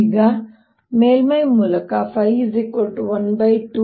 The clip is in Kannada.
ಈಗ ಈ ಮೇಲ್ಮೈ ಮೂಲಕ ϕ 12IB